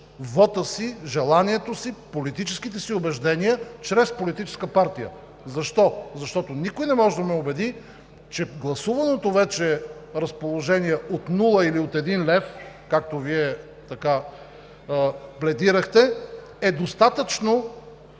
вота си, желанието си, политическите си убеждения чрез политическа партия. Защо? Защото никой не може да ме убеди, че гласуваното вече разположение от нула или от един лев, както Вие пледирахте, е достатъчно,